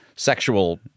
sexual